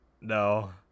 No